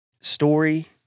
story